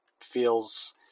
feels